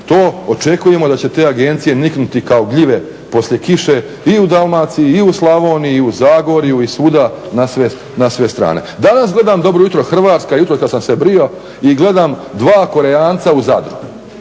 to očekujemo da će te agencije niknuti kao gljive poslije kiše i u Dalmaciji i u Slavoniji i u Zagorju i svuda na sve strane. Danas gledam Dobro jutro Hrvatska jutros kad sam se brijao i gledam dva Korejanca u Zadru,